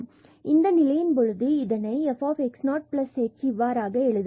மற்றும் இந்த நிலையின் பொழுது இதை fx0h இவ்வாறாக எழுதலாம்